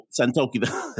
Santoki